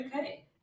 okay